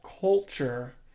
culture